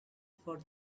for